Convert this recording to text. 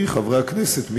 כי חברי הכנסת,